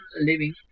living